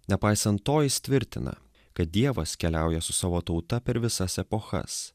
nepaisant to jis tvirtina kad dievas keliauja su savo tauta per visas epochas